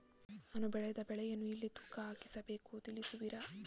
ನಾವು ಬೆಳೆದ ಬೆಳೆಗಳನ್ನು ಎಲ್ಲಿ ತೂಕ ಹಾಕಿಸ ಬೇಕು ತಿಳಿಸುವಿರಾ?